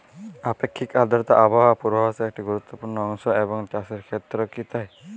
আপেক্ষিক আর্দ্রতা আবহাওয়া পূর্বভাসে একটি গুরুত্বপূর্ণ অংশ এবং চাষের ক্ষেত্রেও কি তাই?